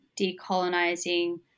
decolonizing